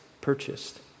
purchased